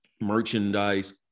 merchandise